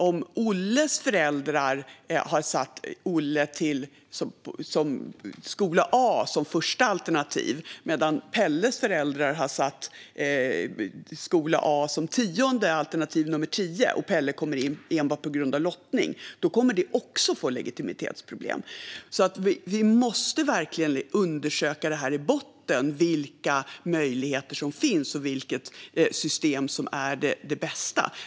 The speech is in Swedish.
Om Olles föräldrar har satt skola A som första alternativ medan Pelles föräldrar har satt skola A som alternativ nummer tio och Pelle kommer in enbart på grund av lottning kommer det såklart också att leda till legitimitetsproblem. Vi måste verkligen undersöka i botten vilka möjligheter som finns och vilket system som är det bästa.